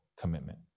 commitment